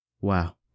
wow